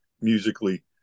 musically